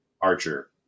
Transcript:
archer